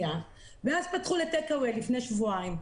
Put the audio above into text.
ואז פתחו ל"טייק האוואי" לפני שבועיים.